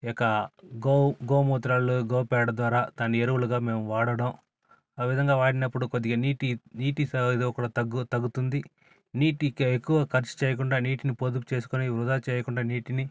ఈ యొక గో గోవు మూత్రాలు గో పేడ ద్వారా దాన్ని ఎరువులుగా మేం వాడడం ఆ విధంగా వాడినప్పుడు కొద్దిగా నీటి నీటి సాగుదల కూడా తగ్గు తగ్గుతుంది నీటికి ఎక్కువ ఖర్చు చేయకుండా నీటిని పొదుపు చేసుకొని వృధా చేయకుండా నీటిని